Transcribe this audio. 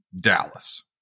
Dallas